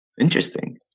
interesting